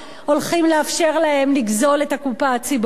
הולכים לאפשר להם לגזול את הקופה הציבורית.